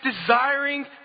desiring